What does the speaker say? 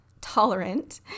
tolerant